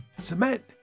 cement